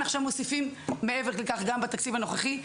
עכשיו מוסיפים מעבר לכך גם בתקציב הנוכחי.